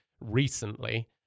recently